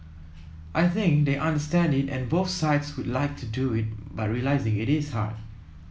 I think they understand it and both sides would like to do it but realising it is hard